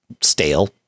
stale